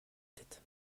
tête